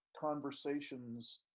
conversations